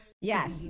Yes